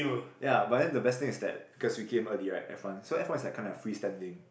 ya but then the best thing is that because we came early right F one so F one is like kinda free standing